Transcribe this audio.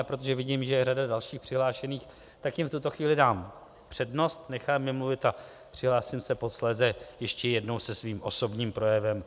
A protože vidím, že je řada dalších přihlášených, tak jim v tuto chvíli dám přednost, nechám je mluvit a přihlásím se posléze ještě jednou se svým osobním projevem.